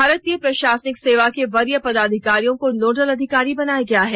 भारतीय प्रशासनिक सेवा के वरीय पदाधिकारियों को नोडल अधिकारी बनाया गया है